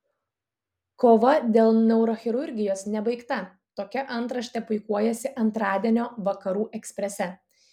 kova dėl neurochirurgijos nebaigta tokia antraštė puikuojasi antradienio vakarų eksprese